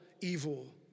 evil